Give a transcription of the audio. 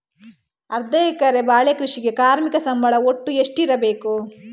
ಅರ್ಧ ಎಕರೆಯ ಬಾಳೆ ಕೃಷಿಗೆ ಕಾರ್ಮಿಕ ಸಂಬಳ ಒಟ್ಟು ಎಷ್ಟಿರಬಹುದು?